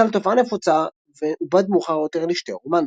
לתופעה נפוצה ועובד מאוחר יותר לשתי רומנסות.